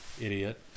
idiot